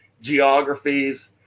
geographies